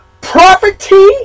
property